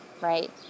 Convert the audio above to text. right